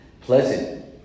pleasant